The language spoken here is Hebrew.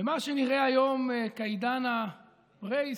במה שנראה היום כעידן הפרה-היסטורי,